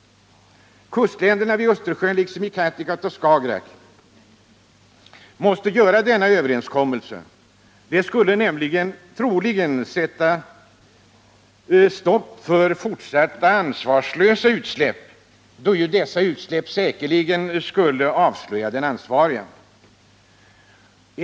Kustländerna vid Kattegatt och Skagerak måste träffa en sådan överenskommelse. Det skulle troligen sätta stopp för fortsatta ansvarslösa utsläpp, då dessa säkerligen skulle avslöja den ansvarige.